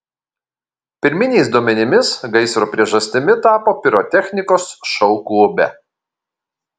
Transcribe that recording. pirminiais duomenimis gaisro priežastimi tapo pirotechnikos šou klube